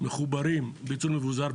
מחוברים בייצור מבוזר.